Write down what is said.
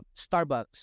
Starbucks